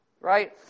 Right